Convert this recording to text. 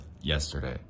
yesterday